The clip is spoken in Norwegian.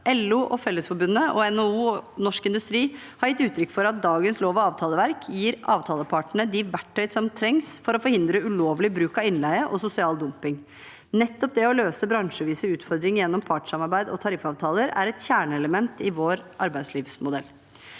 LO, Fellesforbundet, NHO og Norsk Industri har gitt uttrykk for at dagens lov- og avtaleverk gir avtalepartene de verktøyene som trengs for å forhindre ulovlig bruk av innleie og sosial dumping. Nettopp det å løse bransjevise utfordringer gjennom partssamarbeid og tariffavtaler er et kjerneelement i vår arbeidslivsmodell.